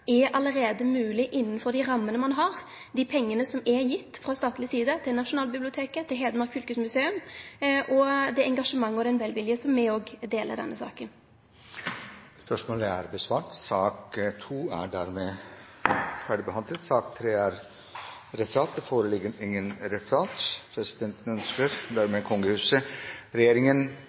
er allereie der innanfor dei ramene ein har – dei pengane som er gitt frå statleg side til Nasjonalbiblioteket og til Hedmark fylkesmuseum – og det engasjementet og den velviljen som me òg deler i denne saken. Dermed er sak nr. 2 ferdigbehandlet. Det foreligger ikke noe referat. Presidenten ønsker dermed kongehuset,